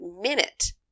minute